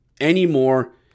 anymore